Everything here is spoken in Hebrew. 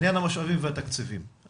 עניין המשאבים והתקציבים.